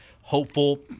hopeful